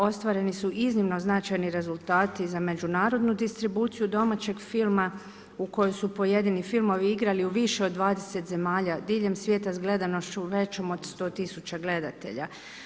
Ostvareni su iznimno značajni rezultati za međunarodnu distribuciju domaćeg filma u kojoj su pojedini filmovi igrali u više od 20 zemalja diljem svijeta s gledanošću veću od 100000 gledatelja.